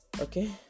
Okay